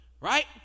Right